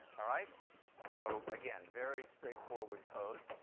all right so again, very straightforward code.